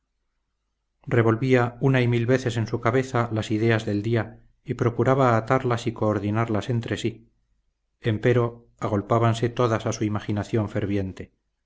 revolvía una y mil veces en su cabeza las ideas del día y procuraba atarlas y coordinarlas entre sí empero agolpábanse todas a su imaginación ferviente